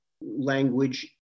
language